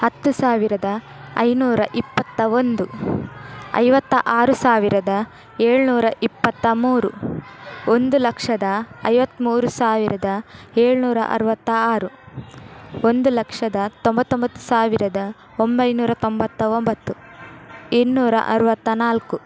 ಹತ್ತು ಸಾವಿರದ ಐನೂರ ಇಪ್ಪತ್ತ ಒಂದು ಐವತ್ತ ಆರು ಸಾವಿರದ ಏಳುನೂರ ಇಪ್ಪತ್ತ ಮೂರು ಒಂದು ಲಕ್ಷದ ಐವತ್ತ್ಮೂರು ಸಾವಿರದ ಏಳುನೂರ ಅರವತ್ತ ಆರು ಒಂದು ಲಕ್ಷದ ತೊಂಬತ್ತೊಂಬತ್ತು ಸಾವಿರದ ಒಂಬೈನೂರ ತೊಂಬತ್ತ ಒಂಬತ್ತು ಇನ್ನೂರ ಅರವತ್ತ ನಾಲ್ಕು